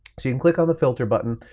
you can click on the filter button,